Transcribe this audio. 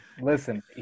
listen